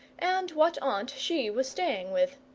and what aunt she was staying with.